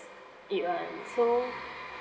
it [one] so